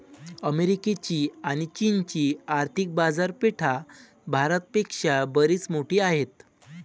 अमेरिकेची आणी चीनची आर्थिक बाजारपेठा भारत पेक्षा बरीच मोठी आहेत